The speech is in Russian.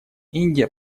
индия